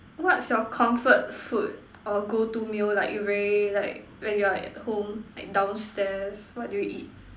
what's your comfort food or go to meal like you very like when you are at home like downstairs what do you eat